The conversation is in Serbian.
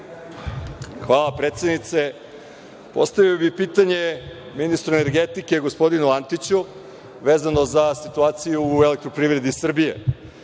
Hvala, predsednice. Postavio bih pitanje ministru energetike, gospodinu Antiću, vezano za situaciju u EPS.Da li je